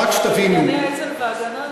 האצ"ל ו"ההגנה",